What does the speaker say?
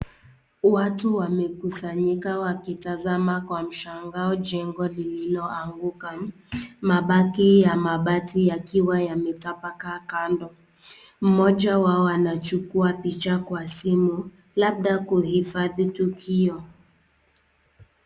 Watu wamekusanyika wakitazama kwa mshangao jengo lililoanguka. Mabaki ya mabati yakiwa yametapakaa kando. Mmoja wao anachukua picha kwa simu labda kuhifadhi tukio.